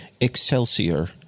Excelsior